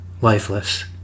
lifeless